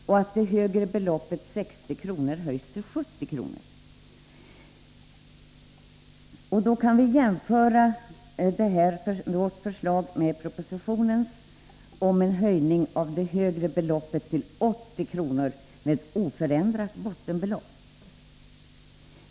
och att det högre beloppet, 60 kr., höjs till 70 kr. Detta vårt förslag skall jämföras med propositionens förslag om en höjning av det högre beloppet till 80 kr. med oförändrat bottenbelopp.